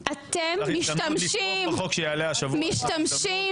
שניתן יהיה לתרום פעם אחת לאירועים שקשורים למסכת